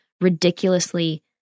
ridiculously